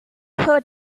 her